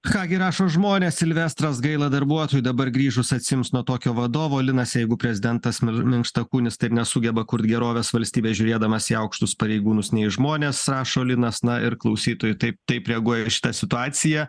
ką gi rašo žmonės silvestras gaila darbuotojų dabar grįžus atsiims nuo tokio vadovo linas jeigu prezidentas minkštakūnis taip nesugeba kurt gerovės valstybės žiūrėdamas į aukštus pareigūnus ne į žmones rašo linas na ir klausytojai tai taip reaguoja į šitą situaciją